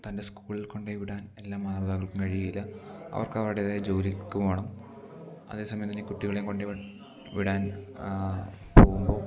തൻ്റെ സ്കൂളിൽ കൊണ്ടേ വിടാൻ എല്ലാ മാതപിതാക്കൾക്കും കഴിയുകയില്ല അവർക്ക് അവരുടേതായ ജോലിക്ക് പോകണം അതേ സമയം തന്നെ കുട്ടികളെ കൊണ്ടു വിടാൻ പോകുമ്പോൾ